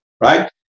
right